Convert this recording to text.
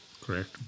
Correct